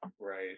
Right